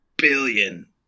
Billion